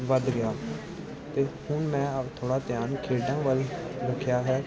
ਵੱਧ ਗਿਆ ਅਤੇ ਹੁਣ ਮੈਂ ਥੋੜ੍ਹਾ ਧਿਆਨ ਖੇਡਾਂ ਵੱਲ ਰੱਖਿਆ ਹੈ